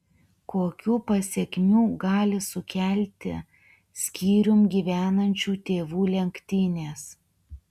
kokių pasekmių gali sukelti skyrium gyvenančių tėvų lenktynės